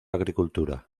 agricultura